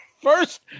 first